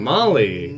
Molly